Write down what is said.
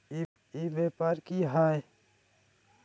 ई व्यापार की हाय?